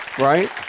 Right